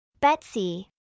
Betsy